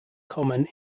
common